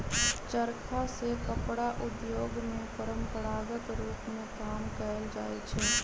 चरखा से कपड़ा उद्योग में परंपरागत रूप में काम कएल जाइ छै